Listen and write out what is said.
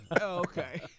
Okay